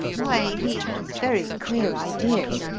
why, he has very queer ideas,